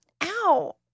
ow